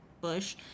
bush